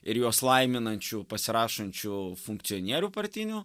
ir juos laiminančių pasirašančių funkcionierių partinių